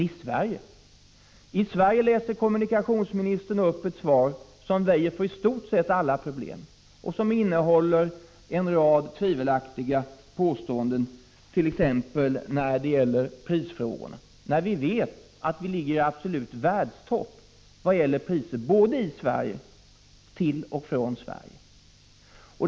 I Sverige däremot läser kommunikationsministern upp ett svar där han väjer för i stort sett alla problem och vilket innehåller tvivelaktiga påståenden, t.ex. när det gäller prisfrågorna. Vi ligger i absolut världstopp vad gäller priser, både inom Sverige och till och från Sverige.